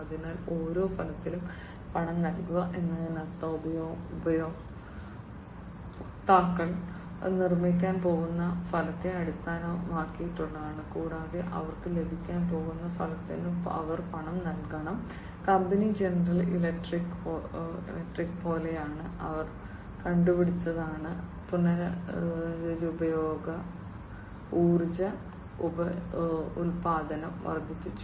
അതിനാൽ ഓരോ ഫലത്തിനും പണം നൽകുക എന്നതിനർത്ഥം ഉപയോക്താക്കൾ നിർമ്മിക്കാൻ പോകുന്ന ഫലത്തെ അടിസ്ഥാനമാക്കിയാണ് കൂടാതെ അവർക്ക് ലഭിക്കാൻ പോകുന്ന ഫലത്തിന് അവർ പണം നൽകണം കമ്പനി ജനറൽ ഇലക്ട്രിക് പോലെയാണ് അവർ കണ്ടുപിടിച്ചതാണ് പുനരുപയോഗ ഊർജ ഉൽപ്പാദനം വർദ്ധിപ്പിച്ചു